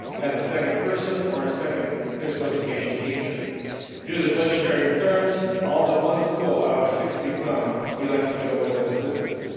as a second person, or a second physical education teacher. due to the budgetary concerns, all but one school out of sixty some elected to go with an assistant.